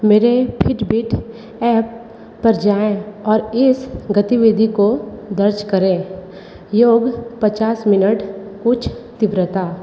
मेरे Fitbit app पर जाएँ और इस गतिविधि को दर्ज करें योग पचास मिनट उच्च तीव्रता